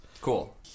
Cool